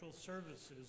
services